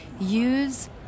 use